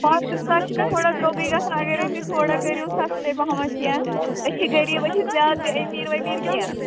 پانٛژٕتٕرٛہ ساس چھِ مےٚ تھوڑا درٛۅگٕے گژھان اگر ہے تُہۍ تھوڑا کٔرِو سستے پہمَتھ کیٚنٛہہ أسۍ چھِ غریٖب أسۍ چھِنہٕ زیادٕ تہِ أمیٖر ؤمیٖر کیٚنٛہہ